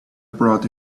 brought